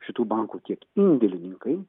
šitų bankų tiek indėlininkai